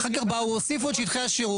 אחר כך באו והוסיפו את שטי השירות,